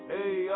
Hey